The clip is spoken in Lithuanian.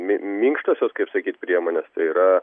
mi minkštosios kai sakyt priemones tai yra